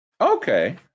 Okay